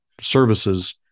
services